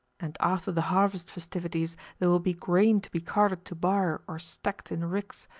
and after the harvest festivities there will be grain to be carted to byre or stacked in ricks,